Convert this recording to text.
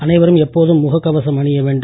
அனைவரும் எப்போதும் முகக் கவசம் அணிய வேண்டும்